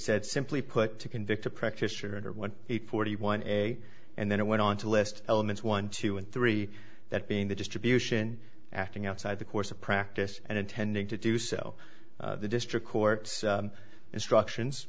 said simply put to convict a practitioner what forty one a and then it went on to list elements one two and three that being the distribution acting outside the course of practice and intending to do so the district court's instructions